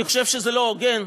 אני חושב שזה לא הוגן.